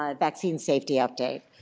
um vaccine safety update.